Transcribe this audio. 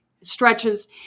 stretches